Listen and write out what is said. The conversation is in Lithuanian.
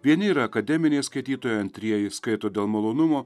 vieni yra akademiniai skaitytojai antrieji skaito dėl malonumo